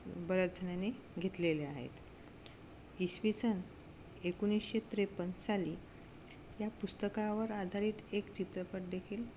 बऱ्याच जणांनी घेतलेल्या आहेत इसवी सन एकोणीसशे त्रेपन्न साली या पुस्तकावर आधारित एक चित्रपट देखील